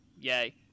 Yay